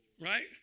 right